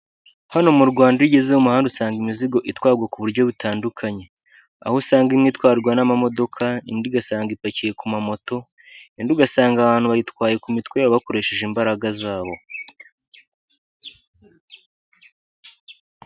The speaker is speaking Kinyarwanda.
Hano mu Rwanda iyo ugeze mu muhanda, usanga imizigo itwarwa ku buryo butandukanye aho usanga imwe itwarwa n'amamodoka indi ugasanga ipakiye ku ma moto, indi ugasanga abantu bayitwaye ku mitwe yabo bakoresheje imbaraga zabo.